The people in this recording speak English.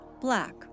Black